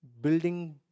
Building